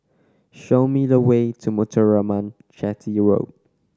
show me the way to Muthuraman Chetty Road